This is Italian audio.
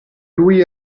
lui